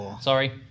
Sorry